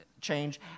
change